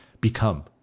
become